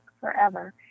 forever